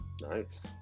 Nice